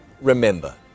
remember